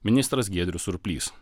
ministras giedrius surplys